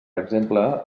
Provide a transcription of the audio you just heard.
exemple